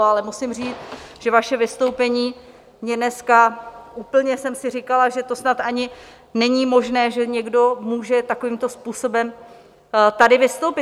Ale musím říct, že vaše vystoupení mě dneska úplně jsem si říkala, že to snad ani není možné, že někdo může takovýmto způsobem tady vystoupit.